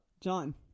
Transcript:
John